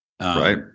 right